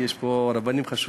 כי יש פה רבנים חשובים,